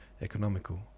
economical